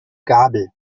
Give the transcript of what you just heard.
gabel